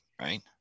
right